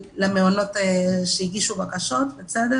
למעונות שמגישים בקשות, בצדק.